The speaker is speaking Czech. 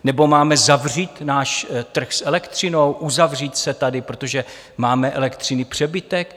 Nebo máme zavřít náš trh s elektřinou, uzavřít se tady, protože máme elektřiny přebytek?